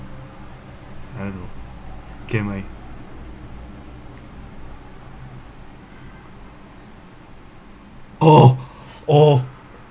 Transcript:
I don't know oh oh